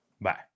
Bye